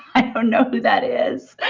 i don't know who that is.